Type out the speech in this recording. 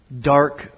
Dark